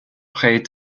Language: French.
près